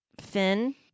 Finn